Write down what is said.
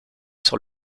sur